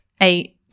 eight